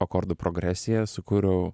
akordų progresiją sukūriau